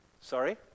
Sorry